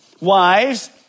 Wives